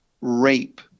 rape